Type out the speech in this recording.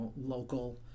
local